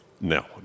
No